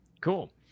Cool